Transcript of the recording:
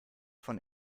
von